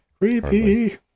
Creepy